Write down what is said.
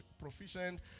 proficient